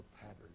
pattern